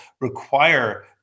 require